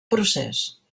procés